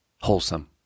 wholesome